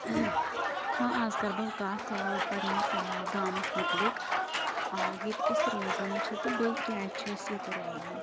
ہاں آز کَرٕ بہٕ کَتھ پنٛنِس گامَس مُتعلق ییٚتہِ أسۍ روزان چھِ تہٕ بیٚیہِ کیٛازِ چھِ أسۍ ییٚتہِ روزان